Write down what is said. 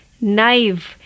naive